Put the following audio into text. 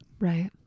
Right